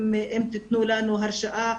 אם תיתנו לנו הרשאה,